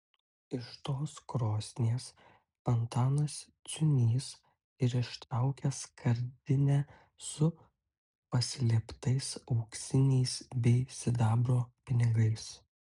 iš tos krosnies antanas ciūnys ir ištraukė skardinę su paslėptais auksiniais bei sidabro pinigais